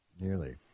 Nearly